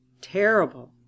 Terrible